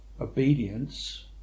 obedience